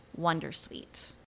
wondersuite